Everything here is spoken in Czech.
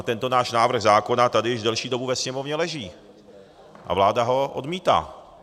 Tento náš návrh zákona tady již delší dobu ve Sněmovně leží a vláda ho odmítá.